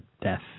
death